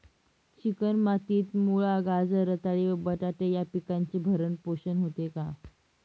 Chicken मातीत मुळा, गाजर, रताळी व बटाटे या पिकांचे भरण पोषण होते का?